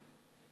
נפשי),